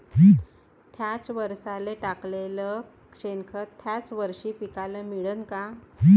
थ्याच वरसाले टाकलेलं शेनखत थ्याच वरशी पिकाले मिळन का?